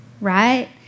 Right